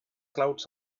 clouds